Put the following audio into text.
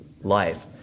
life